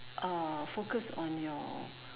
uh focus on your